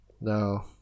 no